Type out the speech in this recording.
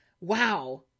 wow